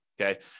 Okay